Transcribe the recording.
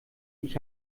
ich